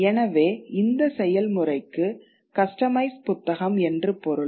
எனவே இந்த செயல்முறைக்கு கஸ்டமைஸ் புத்தகம் என்று பொருள்